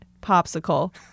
Popsicle